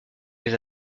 les